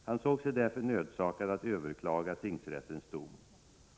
Han såg sig därför nödsakad att överklaga tingsrättens dom.